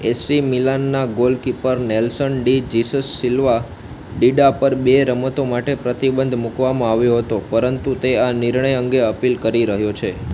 એસી મિલાનના goalkeeper Nelson de Jesus Silva Dida પર બે રમતો માટે પ્રતિબંધ મૂકવામાં આવ્યો હતો પરંતુ તે આ નિર્ણય અંગે અપીલ કરી રહ્યો છે